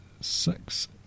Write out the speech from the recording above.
six